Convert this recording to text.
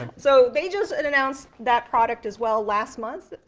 so, they just and announced that product as well last month,